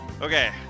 Okay